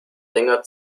länger